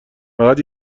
فقط